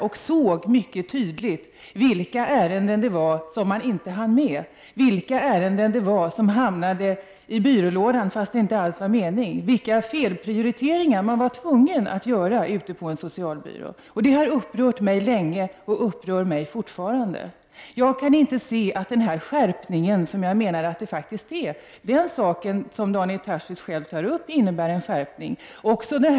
Jag såg mycket tydligt vilka ärenden som man inte hann med, vilka ärenden som hamnade i byrålådan fast det inte alls var meningen, vilka felprioriteringar man var tvungen att göra ute på en socialbyrå. Detta har upprört mig länge, och det upprör mig fortfarande. Denna skärpning av lagstiftningen är ett exempel på ett repressivt tänkande som fanns i den gamla barnavårdslagen och som senare togs bort.